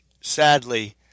sadly